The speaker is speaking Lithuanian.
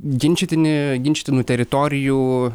ginčytini ginčytinų teritorijų